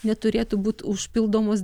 neturėtų būt užpildomos